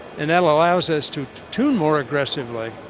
and that allows us to tune more aggressively.